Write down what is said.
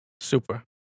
Super